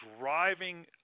driving